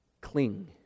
cling